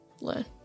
learn